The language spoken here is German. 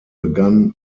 begann